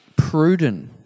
Pruden